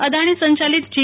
અદાણી સંચાલિત જી